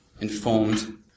informed